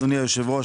אדוני היושב-ראש,